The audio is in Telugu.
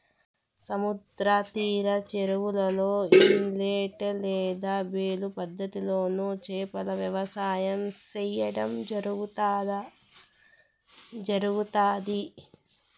సముద్ర తీర చెరువులలో, ఇనలేట్ లేదా బేలు పద్ధతి లోను చేపల వ్యవసాయం సేయడం జరుగుతాది